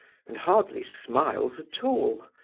and hardly smiles at all!